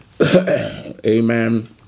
Amen